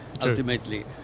ultimately